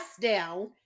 down